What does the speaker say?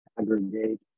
aggregate